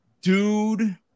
Dude